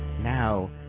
Now